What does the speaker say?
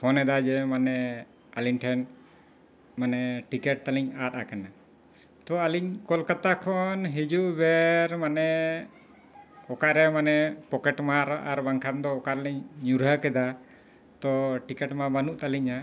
phone ᱮᱫᱟ ᱡᱮ ᱢᱟᱱᱮ ᱟᱹᱞᱤᱧ ᱴᱷᱮᱱ ᱢᱟᱱᱮ ᱴᱤᱠᱮᱴ ᱛᱟᱹᱞᱤᱧ ᱟᱫ ᱟᱠᱟᱱᱟ ᱛᱚ ᱟᱞᱤᱧ ᱠᱳᱞᱠᱟᱛᱟ ᱠᱷᱚᱱ ᱦᱤᱡᱩᱜ ᱵᱮᱨ ᱢᱟᱱᱮ ᱚᱠᱟᱨᱮ ᱢᱟᱱᱮ ᱯᱚᱠᱮᱴ ᱢᱟᱨ ᱟᱨ ᱵᱟᱝᱠᱷᱟᱱ ᱫᱚ ᱚᱠᱟᱨᱮᱞᱤᱧ ᱧᱩᱨᱦᱟᱹ ᱠᱮᱫᱟ ᱛᱚ ᱴᱤᱠᱮᱴ ᱢᱟ ᱵᱟᱹᱱᱩᱜ ᱛᱟᱹᱞᱤᱧᱟᱹ